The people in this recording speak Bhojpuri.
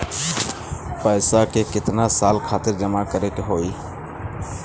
पैसा के कितना साल खातिर जमा करे के होइ?